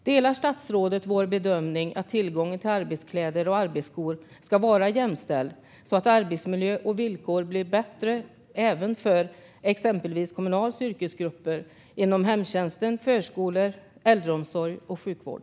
Delar statsrådet vår bedömning att tillgången till arbetskläder och arbetsskor ska vara jämställd så att arbetsmiljö och villkor blir bättre även för exempelvis Kommunals yrkesgrupper inom hemtjänst, förskolor, äldreomsorg och sjukvård?